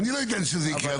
אני לא אתן שזה יקרה,